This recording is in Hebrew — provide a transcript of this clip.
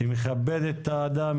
שמכבדת את האדם,